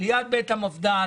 ליד בית המפד"ל,